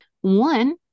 one